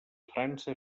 frança